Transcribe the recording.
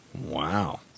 Wow